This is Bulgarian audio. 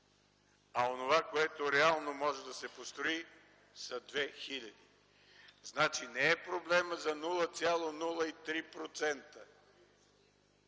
а онова, което реално може да се построи са 2000. Значи, не е проблемът за 0,03%